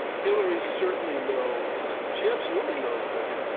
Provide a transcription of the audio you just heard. hillary certainly knows, she absolutely knows then.